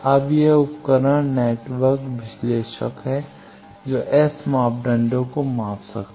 अब यह उपकरण नेटवर्क विश्लेषक है जो S मापदंडों को माप सकता है